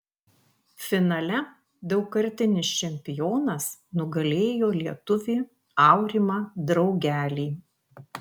finale daugkartinis čempionas nugalėjo lietuvį aurimą draugelį